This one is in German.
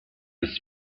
des